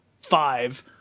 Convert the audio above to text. five